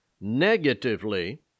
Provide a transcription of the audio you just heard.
Negatively